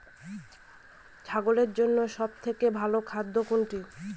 ছাগলের জন্য সব থেকে ভালো খাদ্য কোনটি?